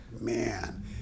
man